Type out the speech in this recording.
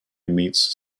meets